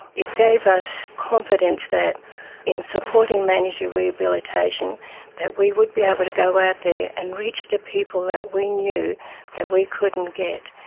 it gave us confidence that in supporting mandatory rehabilitation that we would be able to go out there and reach to people that we knew that we couldn't get.